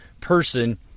person